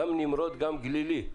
גם נמרוד, גם גלילי.